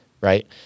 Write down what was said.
Right